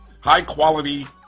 High-quality